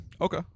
Okay